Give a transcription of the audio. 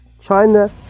China